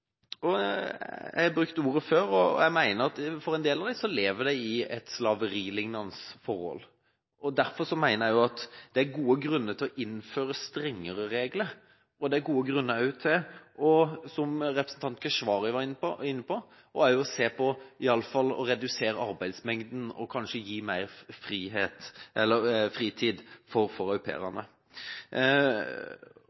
Jeg har brukt dette ordet før; jeg mener at en del av disse lever i slaverilignende forhold. Derfor mener jeg at det er gode grunner for å innføre strengere regler, og det er gode grunner for – som representanten Keshvari var inne på – å se på det å redusere arbeidsmengden og kanskje gi au pairene mer fritid. I sommer ble rådgivningssenteret brukt som argument av en statssekretær i Justisdepartementet for